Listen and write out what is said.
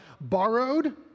borrowed